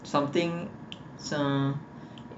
something some~